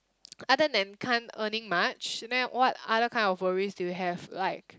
other than can't earning much then what other kind of worries do you have like